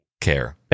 care